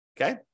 okay